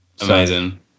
Amazing